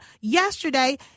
yesterday